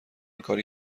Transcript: کاری